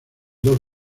dos